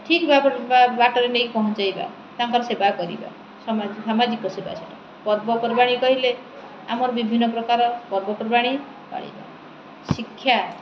ଠିକ୍ ବାଟରେ ନେଇକି ପହଞ୍ଚେଇବା ତାଙ୍କର ସେବା କରିବା ସାମାଜିକ ସେବା ସେଟା ପର୍ବପର୍ବାଣି କହିଲେ ଆମର ବିଭିନ୍ନ ପ୍ରକାର ପର୍ବପର୍ବାଣି ପାଳିବା ଶିକ୍ଷା